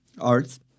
arts